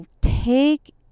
take